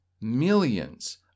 millions